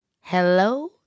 Hello